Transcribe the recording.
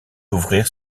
d’ouvrir